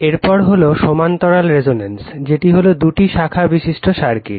এরপর হলো সমান্তরাল রেজোন্যান্স যেটা হলো দুটি শাখা বিশিষ্ট সার্কিট